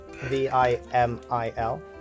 V-I-M-I-L